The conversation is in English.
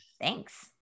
thanks